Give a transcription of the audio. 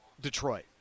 detroit